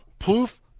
Poof